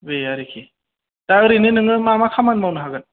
बे आरोखि दा ओरैनो नोङो मा मा खामानि मावनो हागोन